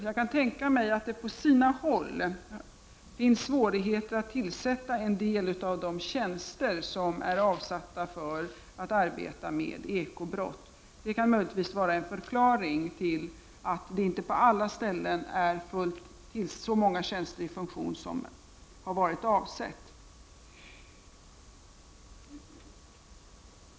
Jag kan tänka mig att det på sina håll finns svårigheter att tillsätta en del av de tjänster som är avsatta för att arbeta med ekobrott. Detta kan möjligtvis vara en förklaring till att det inte på alla ställen är så många tjänster i funktion som har varit avsett.